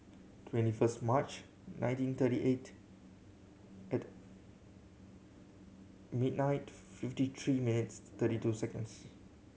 twenty first March nineteen thirty eight at midnight fifty three minutes thirty two seconds